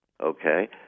Okay